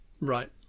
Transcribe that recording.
Right